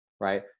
right